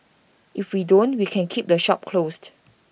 if we don't we can keep the shop closed